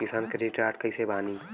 किसान credit card कइसे बानी?